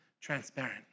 transparent